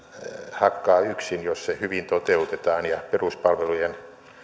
hakkaa yksin jos se hyvin toteutetaan ja peruspalvelujen